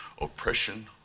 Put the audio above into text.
oppression